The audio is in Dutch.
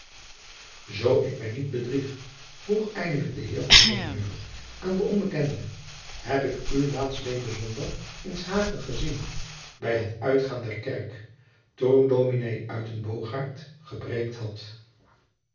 zoo ik mij niet bedrieg vroeg eindelijk de heer van sonheuvel aan den onbekende heb ik u laatstleden zondag in s hage gezien bij het uitgaan der kerk toen ds uytenbogaert gepreêkt had